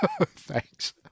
thanks